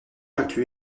inclut